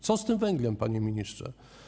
Co z tym węglem, panie ministrze?